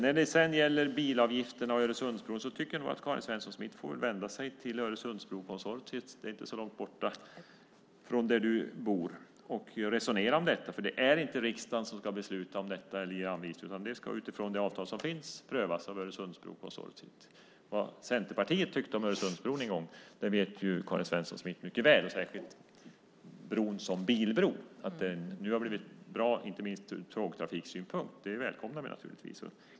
När det gäller bilavgifterna och Öresundsbron tycker jag nog att Karin Svensson Smith får vända sig till Öresundsbrokonsortiet - det är inte så långt ifrån där du bor - och resonera om detta. Det är inte riksdagen som ska besluta om detta eller ge anvisningar, utan det ska utifrån det avtal som finns prövas av Öresundsbrokonsortiet. Vad Centerpartiet tyckte om Öresundsbron en gång vet Karin Svensson Smith mycket väl, särskilt bron som bilbro. Att den nu har blivit bra, inte minst ur tågtrafiksynpunkt, välkomnar vi naturligtvis.